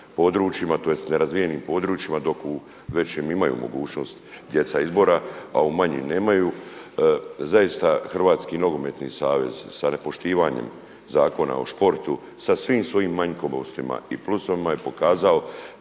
tj. nerazvijenim područjima dok u većim imaju mogućnost djeca izbora, a u manjim nemaju. Zaista HNS sa nepoštivanjem Zakona o sportu sa svim svojim manjkavostima i plusevima je pokazao